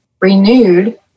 renewed